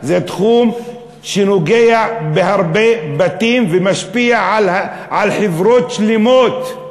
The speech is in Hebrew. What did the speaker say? זה תחום שנוגע בהרבה בתים ומשפיע על חברות שלמות,